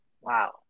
Wow